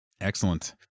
Excellent